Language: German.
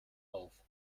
auf